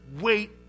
wait